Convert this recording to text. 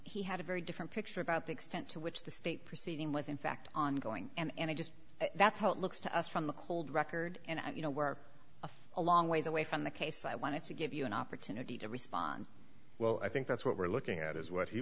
he had a very different picture about the extent to which the state proceeding was in fact ongoing and i just that's how it looks to us from the cold record and you know we're a a long ways away from the case so i wanted to give you an opportunity to respond well i think that's what we're looking at is what he